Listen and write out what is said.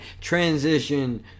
transition